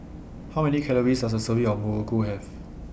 How Many Calories Does A Serving of Muruku Have